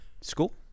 School